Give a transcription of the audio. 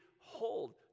hold